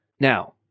Now